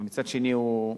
אבל מצד שני הוא,